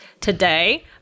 today